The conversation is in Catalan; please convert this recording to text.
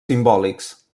simbòlics